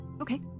Okay